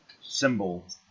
symbol